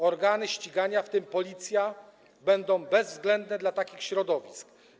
Organy ścigania, w tym Policja, będą bezwzględne dla takich środowisk.